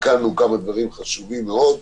תיקנו כמה דברים חשובים מאוד.